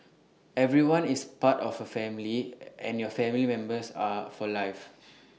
everyone is part of A family and your family members are for life